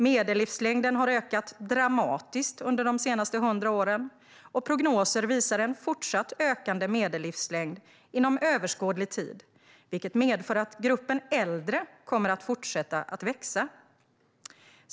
Medellivslängden har ökat dramatiskt under de senaste hundra åren, och prognoser visar en fortsatt ökande medellivslängd inom överskådlig tid, vilket medför att gruppen äldre kommer att fortsätta växa.